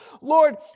Lord